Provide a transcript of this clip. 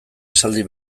esaldi